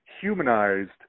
humanized